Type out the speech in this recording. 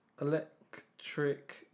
electric